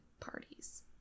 parties